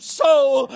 soul